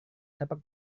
sepak